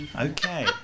Okay